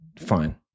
Fine